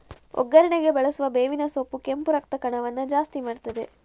ಒಗ್ಗರಣೆಗೆ ಬಳಸುವ ಬೇವಿನ ಸೊಪ್ಪು ಕೆಂಪು ರಕ್ತ ಕಣವನ್ನ ಜಾಸ್ತಿ ಮಾಡ್ತದೆ